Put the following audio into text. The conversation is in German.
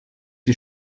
die